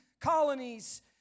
colonies